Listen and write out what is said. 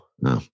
No